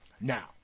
Now